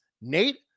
Nate